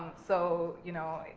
so, you know,